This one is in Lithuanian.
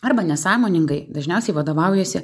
arba nesąmoningai dažniausiai vadovaujasi